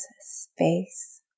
space